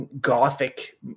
gothic